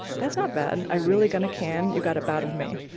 that's not bad. i really going to can. you got a bad of me.